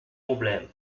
problèmes